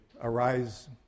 arise